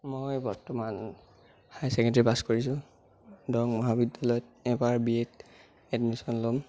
মই বৰ্তমান high secondary pass কৰিছোঁ দৰং মহাবিদ্যালয়ত এইবাৰ বি এত এডমিছন ল'ম